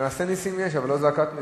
מעשה נסים יש אבל לא זעקת נסים.